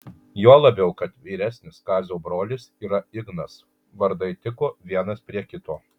juo labiau kad vyresnis kazio brolis yra ignas vardai tiko vienas prie kito